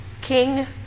King